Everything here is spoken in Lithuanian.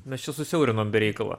mes čia susiaurinom be reikalo